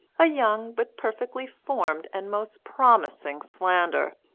a young but perfectly formed and most promising slander.